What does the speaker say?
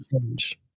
change